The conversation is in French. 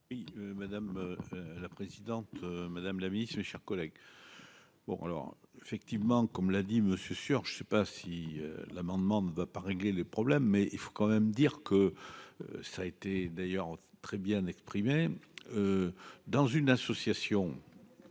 Oui, madame la présidente, Madame la Ministre, mes chers collègues, bon alors effectivement, comme l'a dit Monsieur sur je ne sais pas si l'amendement ne va pas régler les problèmes, mais il faut quand même dire que ça a été d'ailleurs très bien exprimé dans une association,